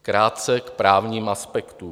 Krátce k právním aspektům.